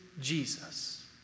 Jesus